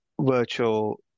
virtual